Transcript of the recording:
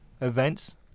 events